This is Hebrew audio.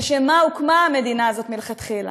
לשם מה הוקמה המדינה הזאת מלכתחילה,